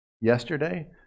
yesterday